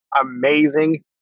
amazing